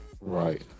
Right